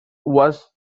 was